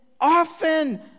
often